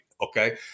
Okay